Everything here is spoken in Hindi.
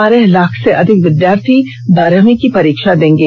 बारह लाख से अधिक विद्यार्थी बारहवीं की परीक्षा देंगे